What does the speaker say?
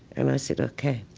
and i said ok.